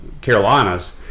carolinas